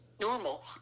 normal